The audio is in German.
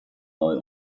neu